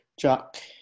Jack